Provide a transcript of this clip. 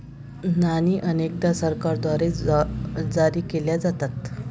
नाणी अनेकदा सरकारद्वारे जारी केल्या जातात